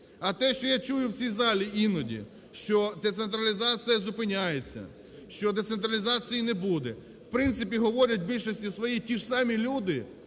А те, що я чую в цій залі іноді, що децентралізація зупиняється, що децентралізації не буде, в принципі, говорять в більшості своїй ті ж самі люди,